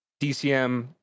DCM